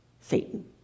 Satan